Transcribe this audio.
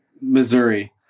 Missouri